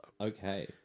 Okay